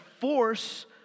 force